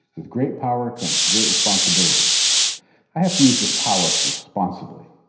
with great power comes great responsibility. i have to use this power responsibly.